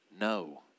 no